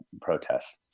protests